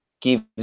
gives